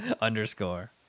Underscore